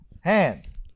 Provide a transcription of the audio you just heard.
hands